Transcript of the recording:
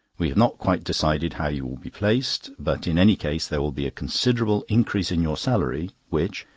we have not quite decided how you will be placed but in any case there will be a considerable increase in your salary, which,